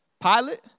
Pilot